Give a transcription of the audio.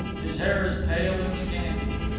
his hair is pale and scanty,